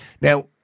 Now